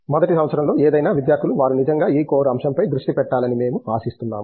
మొదటి సంవత్సరంలో ఏదైనా విద్యార్థులు వారు నిజంగా ఈ కోర్ అంశంపై దృష్టి పెట్టాలని మేము ఆశిస్తున్నాము